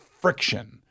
friction